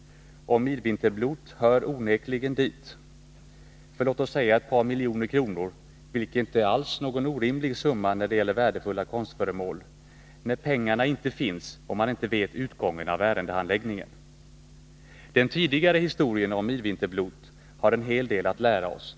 — och Midvinterblot är onekligen ett sådant — för låt oss säga ett par miljoner kronor, vilket inte alls är någon orimlig summa när det gäller värdefulla konstföremål, när pengarna inte finns och man inte vet utgången av ärendehandläggningen. Den tidigare historien om Midvinterblot har en hel del att lära oss.